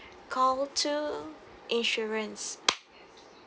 call two insurance